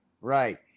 right